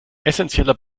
essenzieller